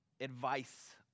advice